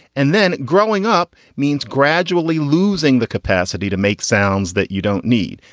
and then growing up means gradually losing the capacity to make sounds that you don't need.